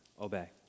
obey